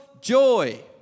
joy